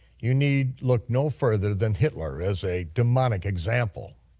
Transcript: you need look no further than hitler as a demonic example.